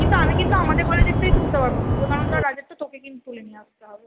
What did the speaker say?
কিন্তু আমি কিন্তু আমাদের কলেজেরটাই তুলতে পারবো বিবেকানন্দ আর রাজেরটা তোকে কিন্তু তুলে নিয়ে আসতে হবে